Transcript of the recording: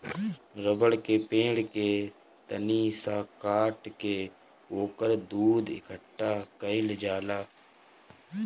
रबड़ के पेड़ के तनी सा काट के ओकर दूध इकट्ठा कइल जाला